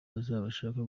abazashaka